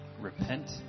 Repent